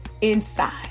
inside